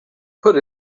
put